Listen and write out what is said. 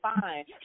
fine